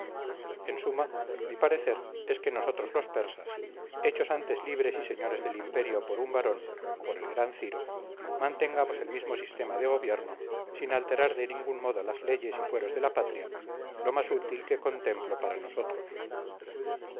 en suma mi parecer es que nosotros los persas hechos antes libres y señores del imperio por un varón por el gran ciro mantengamos el mismo sistema de gobierno sin alterar de ningún modo las leyes y fueros de la patria lo más útil que contemplo para nosotros